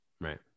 Right